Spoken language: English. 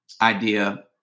idea